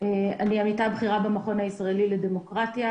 אני עמיתה בכירה במכון הישראלי לדמוקרטיה,